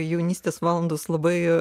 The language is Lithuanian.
jaunystės valandos labai